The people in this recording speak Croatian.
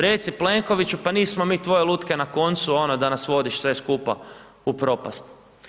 Reci, Plenkoviću pa nismo mi tvoje lutke na koncu ono da nas vodiš sve skupa u propast.